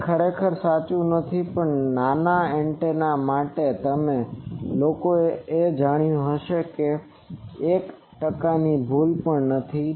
હવે તે ખરેખર સાચું નથી પણ નાના એન્ટેના માટે તમે લોકોને એ જાણ્યું હશે કે તે એક ટકાની ભૂલ પણ નથી